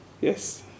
yes